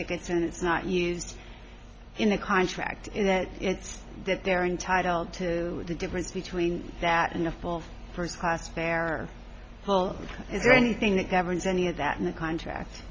tickets and it's not used in a contract that it's that they're entitled to the difference between that and the fall of first class there is anything that governs any of that in the contract